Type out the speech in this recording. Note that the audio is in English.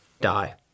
die